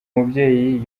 mubyeyi